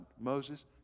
moses